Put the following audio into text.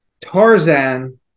Tarzan